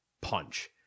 punch